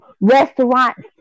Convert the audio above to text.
restaurants